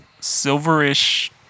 silverish